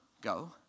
go